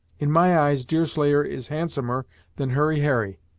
in my eyes, deerslayer is handsomer than hurry harry.